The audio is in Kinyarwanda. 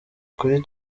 kuri